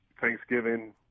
thanksgiving